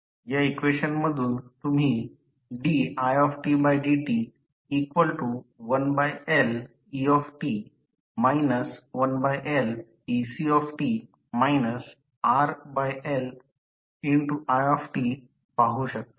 या इक्वेशन मधून तुम्ही didt1Let 1Lec RLi पाहू शकता